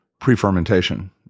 pre-fermentation